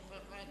לכן